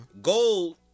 Gold